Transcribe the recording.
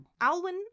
Alwyn